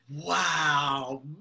Wow